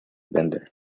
bender